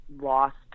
lost